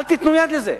אל תיתנו יד לזה.